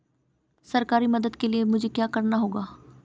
सरकारी मदद के लिए मुझे क्या करना होगा?